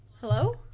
Hello